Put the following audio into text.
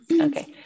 Okay